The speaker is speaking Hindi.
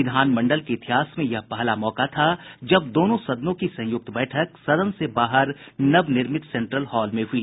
विधानमंडल के इतिहास में यह पहला मौका था जब दोनों सदनों की संयुक्त बैठक सदन से बाहर नवनिर्मित सेन्ट्रल हॉल में हुई